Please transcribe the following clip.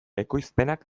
ekoizpenak